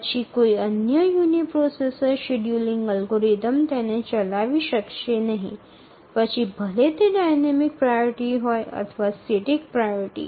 પછી કોઈ અન્ય યુનિપ્રોસેસર શેડ્યુલિંગ અલ્ગોરિધમ તેને ચલાવી શકશે નહીં પછી ભલે તે ડાઇનેમિક પ્રાયોરિટી હોય અથવા સ્ટેટિક પ્રાઓરિટી